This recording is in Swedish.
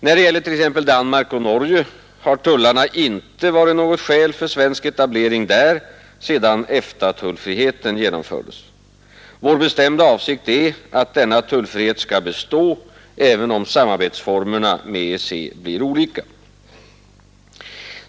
När det gäller t.ex. Danmark och Norge har tullarna inte varit något skäl för svensk etablering där sedan EFTA-tullfriheten genomfördes. Vår bestämda avsikt är att denna tullfrihet skall bestå, även om samarbetsformerna med EEC blir olika.